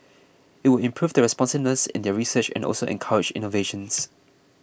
it will improve the responsiveness in their research and also encourage innovations